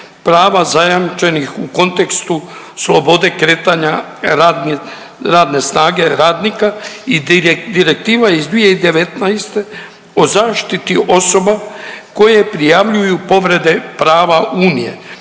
prava zajamčenih u kontekstu slobode kretanja radne snage radnika i Direktiva iz 2019. o zaštiti osoba koje prijavljuju povrede prava Unije.